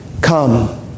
come